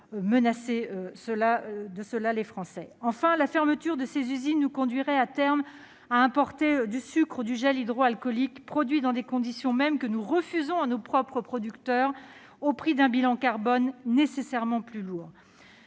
menacer de cela les Français. La fermeture de ces usines nous conduirait à terme à importer du sucre et du gel hydroalcoolique produits dans des conditions que nous refusons à nos propres producteurs au prix d'un bilan carbone nécessairement plus lourd.